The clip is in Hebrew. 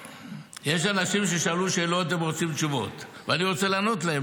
יש אנשים ששאלו שאלות והם רוצים תשובות ואני רוצה לענות להם,